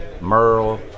merle